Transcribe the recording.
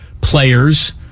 players